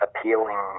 appealing